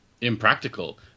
impractical